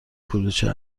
کلوچه